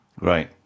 Right